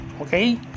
okay